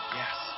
yes